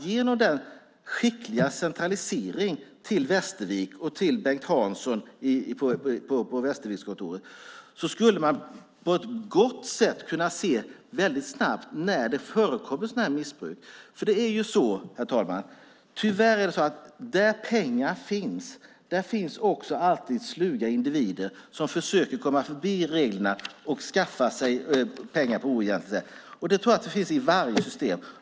Genom den skickliga centraliseringen till Västervik och Bengt Hansson på Västervikskontoret skulle man snabbt kunna se när det förekommer missbruk. Tyvärr är det så att där det finns pengar finns också alltid sluga individer som försöker komma förbi reglerna och skaffa pengar på oegentligt sätt. Det tror jag förekommer i alla system.